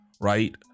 Right